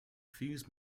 fuse